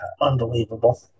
Unbelievable